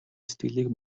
сэтгэлийг